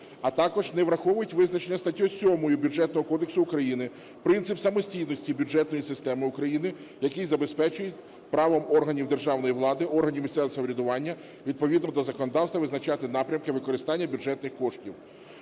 а також не враховують визначений статтею 7 Бюджетного кодексу України принцип самостійності бюджетної системи України, який забезпечує право органів державної влади, органів місцевого самоврядування відповідно до законодавства визначати напрямки використання бюджетних коштів.